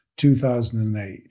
2008